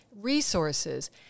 resources